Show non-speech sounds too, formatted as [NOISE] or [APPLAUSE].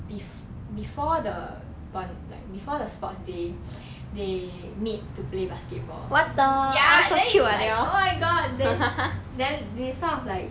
bef~ before the bond like before the sports day [BREATH] they meet to play basketball ya then it's like oh my god then then they sort of like